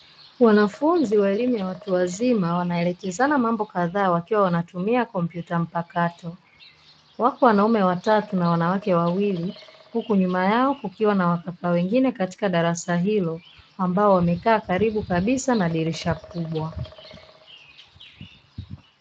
Wanafunzi wa elimu ya watu wazima wanaelekezana mambo kadhaa wakiwa wanatumia kompyuta mpakato, wako wanaume watatu na wanawake wawili, huku nyuma yao kukiwa na wakaka wengine katika darasa hilo ambao wamekaa karibu kabisa na dirisha kubwa.